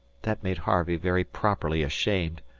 that made harvey very properly ashamed.